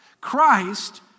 Christ